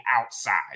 outside